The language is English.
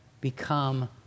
become